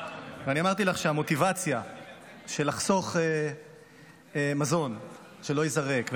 ואני אמרתי לך שהמוטיבציה לחסוך מזון שלא ייזרק,